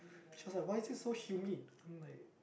she was like why is it so humid I'm like